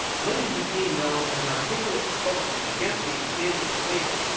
lincoln became known as an articulate spokesman against the expansion of slavery,